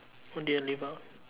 what did I leave out